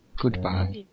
Goodbye